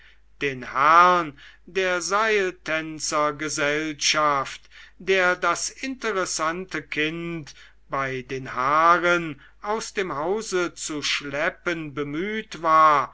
den herrn der seiltänzergesellschaft der das interessante kind bei den haaren aus dem hause zu schleppen bemüht war